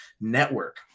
network